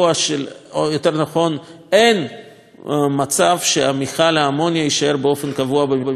אין מצב שמפעל האמוניה יישאר באופן קבוע במפרץ חיפה.